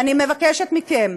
אני מבקשת מכם,